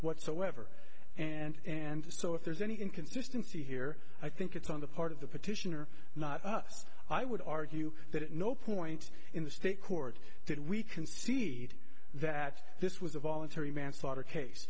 whatsoever and and so if there's any inconsistency here i think it's on the part of the petitioner not us i would argue that at no point in the state court did we concede that this was a voluntary manslaughter case